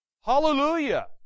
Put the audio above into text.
Hallelujah